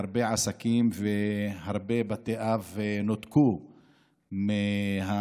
הרבה עסקים והרבה בתי אב נותקו מהאינטרנט,